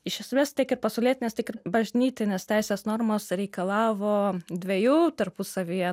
iš esmės tiek ir pasaulietinės tiek ir bažnytinės teisės normos reikalavo dvejų tarpusavyje